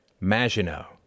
Maginot